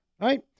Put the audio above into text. Right